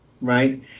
right